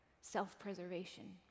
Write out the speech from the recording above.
self-preservation